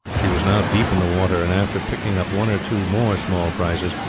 she was now deep in the water, and after picking up one or two more small prizes,